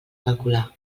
calcular